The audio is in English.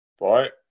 right